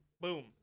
Boom